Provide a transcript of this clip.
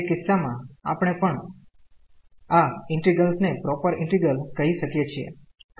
તે કિસ્સા માં આપણે પણ આ ઈન્ટિગ્રલ ને પ્રોપર ઈન્ટિગ્રલ કહી શકીયે છીએ